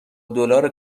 دلار